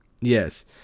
Yes